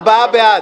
ארבעה בעד.